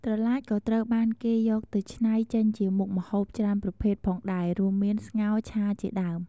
ត្រឡាចក៏ត្រូវបានគេយកទៅឆ្នៃចេញជាមុខម្ហូបច្រើនប្រភេទផងដែររួមមាន ស្ងោរ ឆាជាដើម ។